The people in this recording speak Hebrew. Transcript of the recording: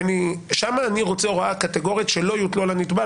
ושם אני רוצה הוראה קטגורית שלא יוטלו על הנפגע,